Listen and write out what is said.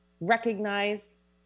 recognize